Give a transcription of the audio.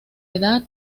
edad